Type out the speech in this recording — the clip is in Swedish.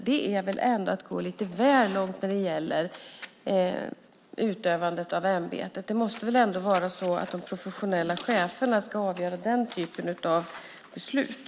Det är väl ändå att gå lite väl långt när det gäller utövandet av ämbetet. Det måste väl vara de professionella cheferna som ska avgöra den typen av beslut.